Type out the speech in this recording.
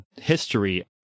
history